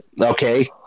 okay